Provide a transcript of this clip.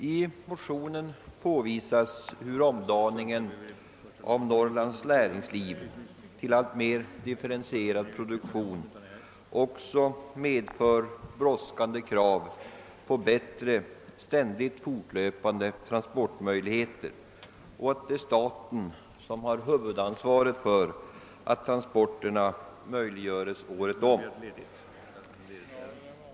I motionen påvisas hur omdaningen av Norrlands näringsliv till alltmer differentierad produktion också medför brådskande krav på bättre, ständigt fortlöpande transportmöjligheter och att det är staten som har huvudansvaret för att transporterna möjliggöres året om.